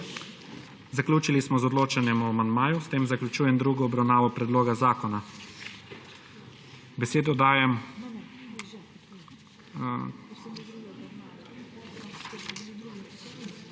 Zaključili smo z odločanjem o amandmaju. S tem zaključujem drugo obravnavo predloga zakona. Ker so bili